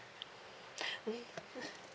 mm